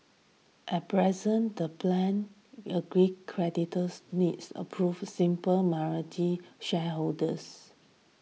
at present the plan agreed creditors needs approval simple majority shareholders